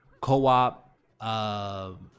Co-op